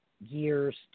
years